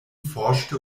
forschte